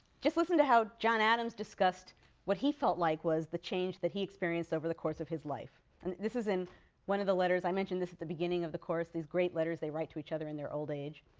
just listen to how john adams discussed what he felt like was the change that he experienced over the course of his life. and this is in one of the letters i mentioned this at the beginning of the course these great letters they write to each other in their old age.